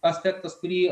aspektas kurį